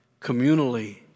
communally